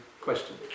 question